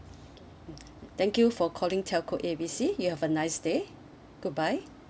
okay mmhmm thank you for calling telco A B C you have a nice day goodbye